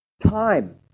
Time